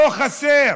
לא חסר.